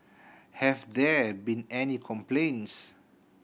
have there been any complaints